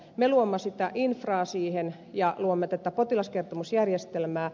me luomme sitä infraa siihen ja luomme tätä potilaskertomusjärjestelmää